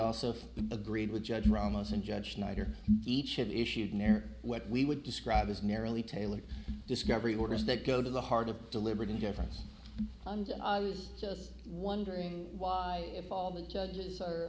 also agreed with judge ramos and judge snyder each of issued near what we would describe as narrowly tailored discovery orders that go to the heart of deliberate indifference and was just wondering why if all the judges are